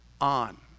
on